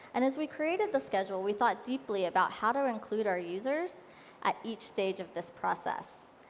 and as we created the schedule, we thought deeply about how to include our users at each stage of this process.